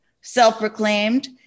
self-proclaimed